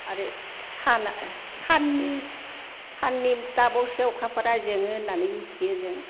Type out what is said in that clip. आरो सानआ साननि टापआवसो अखाफोरा जोङो होननानै मिथियो जों